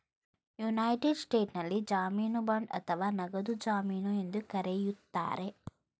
United ಸ್ಟೇಟ್ಸ್ನಲ್ಲಿ ಜಾಮೀನು bond ಅಥವಾ ನಗದು ಜಮೀನು ಎಂದು ಕರೆಯುತ್ತಾರೆ